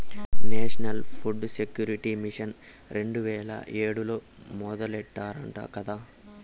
national food security mission రెండు వేల ఏడులో మొదలెట్టారట కదా